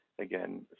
again